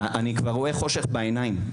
אני כבר רואה חושך בעיניים.